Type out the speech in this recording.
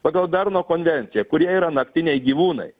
pagal berno konvenciją kurie yra naktiniai gyvūnai